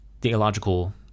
theological